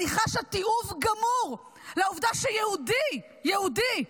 אני חשה תיעוב גמור לעובדה שיהודי, יהודי,